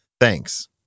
Thanks